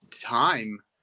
time